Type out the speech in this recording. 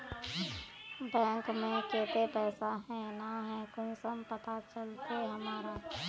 Bank में केते पैसा है ना है कुंसम पता चलते हमरा?